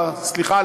וסליחה,